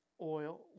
oil